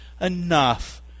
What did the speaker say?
enough